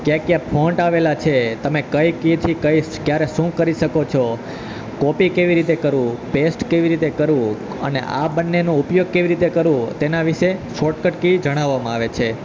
ક્યા ક્યા ફૉન્ટ આવેલા છે તમે કઈ કીથી કઈ ક્યારે શું કરી શકો છો કોપી કેવી રીતે કરવું પેસ્ટ કેવી રીતે કરવું અને આ બંનેનો ઉપયોગ કેવી રીતે કરવો તેના વિશે શોર્ટકટ કી જણાવવામાં આવે છે